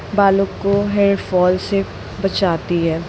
बालों को हेयरफॉल से बचाती है